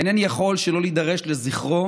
אינני יכול שלא להידרש לזכרו